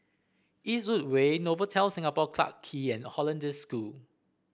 Eastwood Way Novotel Singapore Clarke Quay and Hollandse School